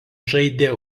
žaidė